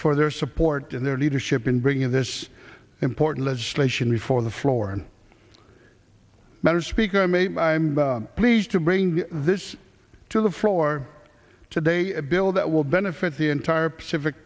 for their support and their leadership in bringing this important legislation before the floor better speaker may i'm pleased to bring this to the floor today a bill that will benefit the entire pacific